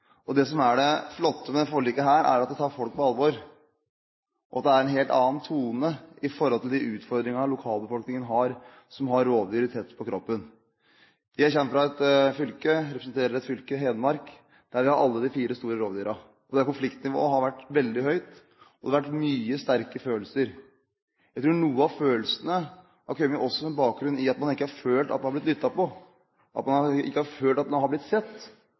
Det som er det flotte ved dette forliket, er at det tar folk på alvor, og at det er en helt annen tone i forhold til de utfordringene lokalbefolkningen har, som har rovdyrene tett på kroppen. Jeg representerer et fylke, Hedmark, der vi har alle de fire store rovdyrene, og der konfliktnivået har vært veldig høyt. Det har vært mye sterke følelser. Jeg tror noen av følelsene har bakgrunn i at man ikke har følt at man har blitt lyttet til, at man ikke har følt at man har blitt sett,